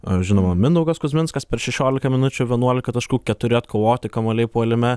a žinoma mindaugas kuzminskas per šešiolika minučių vienuolika taškų keturi atkovoti kamuoliai puolime